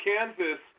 Kansas